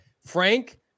Frank